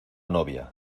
novia